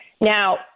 Now